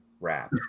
wrap